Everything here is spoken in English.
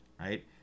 right